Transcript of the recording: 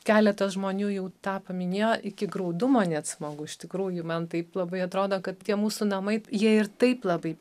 keletas žmonių jau tą paminėjo iki graudumo net smagu iš tikrųjų man taip labai atrodo kad tie mūsų namai jie ir taip labai